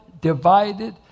divided